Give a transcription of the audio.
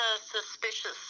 suspicious